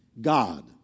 God